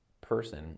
person